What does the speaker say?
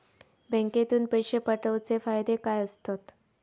बँकेतून पैशे पाठवूचे फायदे काय असतत?